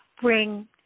bring